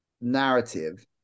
narrative